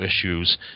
issues